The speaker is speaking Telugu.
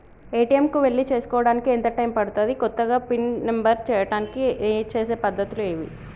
ఏ.టి.ఎమ్ కు వెళ్లి చేసుకోవడానికి ఎంత టైం పడుతది? కొత్తగా పిన్ నంబర్ చేయడానికి చేసే పద్ధతులు ఏవి?